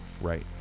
Right